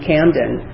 Camden